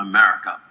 America